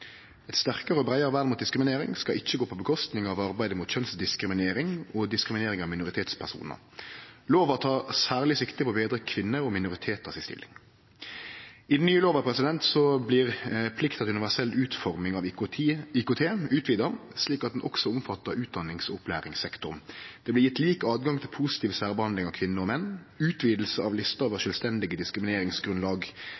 Eit sterkare og breiare vern mot diskriminering skal ikkje gå ut over arbeidet mot kjønnsdiskriminering og diskriminering av minoritetspersonar. Lova tek særleg sikte på å betre stillinga til kvinner og minoritetar. I den nye lova blir plikta til universell utforming av IKT utvida, slik at ho også omfattar utdanings- og opplæringssektoren. Det blir gjeve lik tilgang til positiv særbehandling av kvinner og menn, utviding av lista over